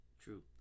true